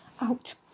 Ouch